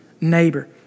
neighbor